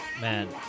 Man